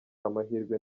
amahirwe